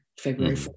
February